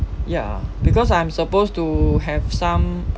ya because I'm supposed to have some